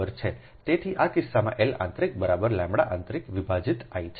તેથી આ કિસ્સામાં L આંતરિક બરાબરλઆંતરિકવિભાજીત I છે